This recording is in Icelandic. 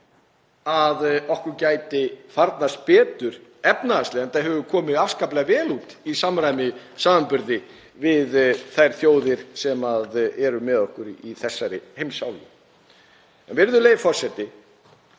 að okkur gæti farnast betur efnahagslega enda höfum við komið afskaplega vel út í samanburði við þær þjóðir sem eru með okkur í þessari heimsálfu. Virðulegi forseti.